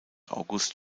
august